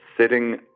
sitting